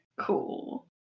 Cool